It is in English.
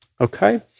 okay